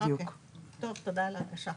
טוב, תודה על ההדגשה.